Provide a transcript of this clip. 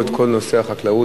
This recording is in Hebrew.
או את כל נושא החקלאות,